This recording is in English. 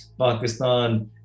Pakistan